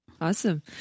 Awesome